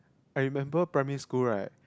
I remember primary school right